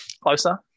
closer